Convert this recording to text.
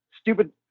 Stupid